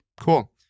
Cool